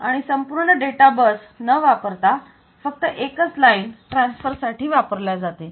आणि संपूर्ण data bus न वापरता फक्त एकच लाईन ट्रान्सफर साठी वापरल्या जाते